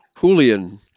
Julian